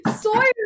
Sawyer